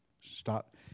stop